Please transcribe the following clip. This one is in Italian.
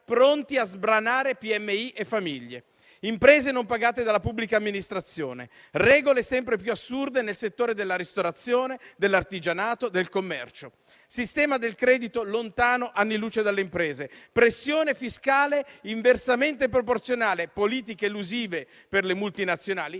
e medie imprese e famiglie, imprese non pagate dalla pubblica amministrazione; regole sempre più assurde nel settore della ristorazione, dell'artigianato, del commercio; sistema del credito lontano anni luce dalle imprese; pressione fiscale inversamente proporzionale, politiche elusive per le multinazionali